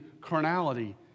carnality